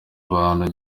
abantu